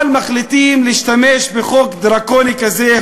אבל מחליטים להשתמש בחוק דרקוני כזה,